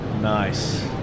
Nice